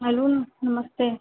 hello नमस्ते